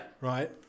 Right